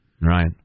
Right